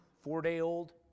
four-day-old